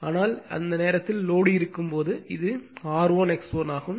ஆனால் அந்த நேரத்தில் லோடு இருக்கும் போது இது R1 X1 ஆகும்